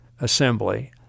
Assembly